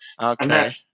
Okay